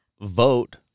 vote